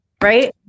right